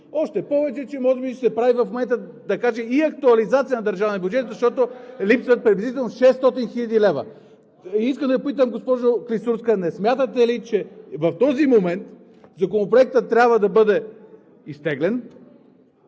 Още повече, че в момента ще се прави и актуализация на държавния бюджет, защото липсват приблизително 600 хил. лв. Искам да Ви попитам, госпожо Клисурска: не смятате ли, че в този момент Законопроектът трябва да бъде изтеглен